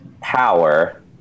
power